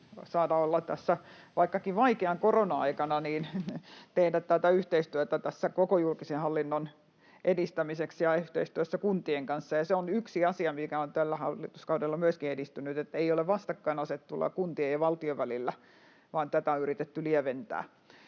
vaikkakin vaikeana korona-aikana, ja tehdä tätä yhteistyötä tässä koko julkisen hallinnon edistämiseksi ja yhteistyössä kuntien kanssa. Ja se on yksi asia, mikä on tällä hallituskaudella myöskin edistynyt, että ei ole vastakkainasettelua kuntien ja valtion välillä, vaan tätä on yritetty lieventää.